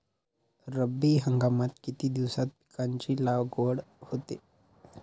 रब्बी हंगामात किती दिवसांत पिकांची लागवड होते?